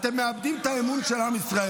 אתם מאבדים את האמון של עם ישראל.